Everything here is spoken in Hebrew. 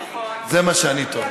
נכון.